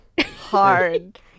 hard